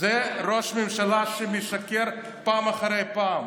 זה ראש ממשלה שמשקר פעם אחרי פעם.